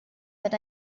but